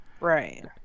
Right